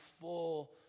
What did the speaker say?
full